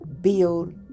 build